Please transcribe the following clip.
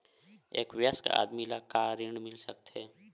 एक वयस्क आदमी ला का ऋण मिल सकथे?